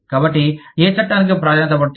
కాబట్టి ఏ చట్టానికి ప్రాధాన్యత పడుతుంది